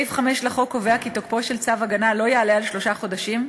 סעיף 5 לחוק קובע כי תוקפו של צו הגנה לא יעלה על שלושה חודשים,